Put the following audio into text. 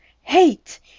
Hate